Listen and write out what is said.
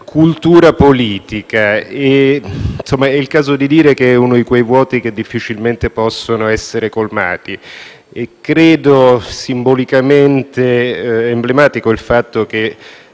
cultura politica. È il caso di dire che si tratta di uno di quei vuoti che difficilmente possono essere colmati. Ritengo simbolicamente emblematico il fatto che